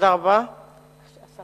חמש